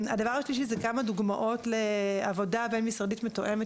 הדבר השלישי זה כמה דוגמאות לעבודה בין משרדית מתואמת